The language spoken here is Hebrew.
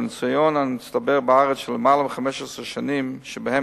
והניסיון המצטבר בארץ של למעלה מ-15 שנים שבהן